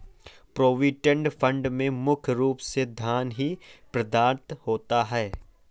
provident fund में मुख्य रूप से धन ही प्रदत्त होता है